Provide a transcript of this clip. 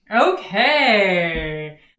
Okay